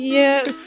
yes